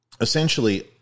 essentially